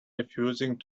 refusing